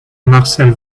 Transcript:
marcel